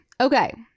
Okay